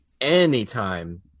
Anytime